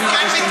לך.